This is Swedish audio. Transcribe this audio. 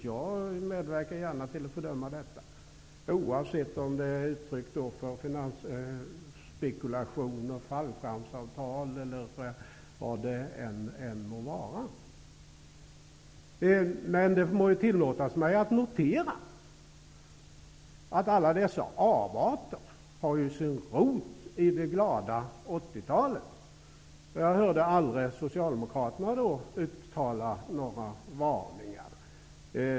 Jag medverkar gärna till att fördöma detta, oavsett om det är finansspekulation, fallskärmsavtal eller vad det än må vara. Men det må tillåtas mig att notera att alla dessa avarter har sin rot i det glada 80-talet. Jag hörde aldrig Socialdemokraterna då uttala några varningar.